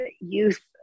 youth